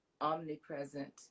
omnipresent